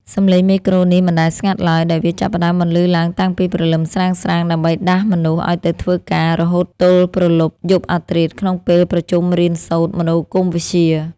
សំឡេងមេក្រូនេះមិនដែលស្ងាត់ឡើយ ដោយវាចាប់ផ្ដើមបន្លឺឡើងតាំងពីព្រលឹមស្រាងៗដើម្បីដាស់មនុស្សឱ្យទៅធ្វើការ រហូតទល់ព្រលប់យប់អាធ្រាត្រក្នុងពេលប្រជុំរៀនសូត្រមនោគមវិជ្ជា។